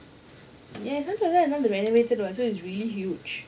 ya sun plaza they renovated [what] so is really huge